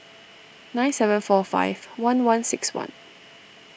nine seven four five one one six one